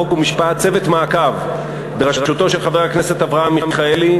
חוק ומשפט צוות מעקב בראשותו של חבר הכנסת אברהם מיכאלי,